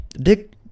Dick